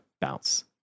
bounce